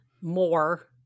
more